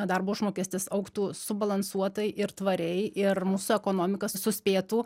darbo užmokestis augtų subalansuotai ir tvariai ir mūsų ekonomika suspėtų